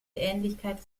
ähnlichkeit